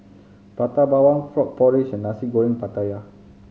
Prata Bawang frog porridge and Nasi Goreng Pattaya